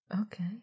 Okay